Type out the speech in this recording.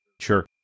Sure